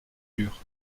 dures